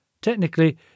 Technically